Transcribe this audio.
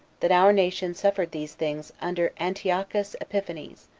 that our nation suffered these things under antiochus epiphanes,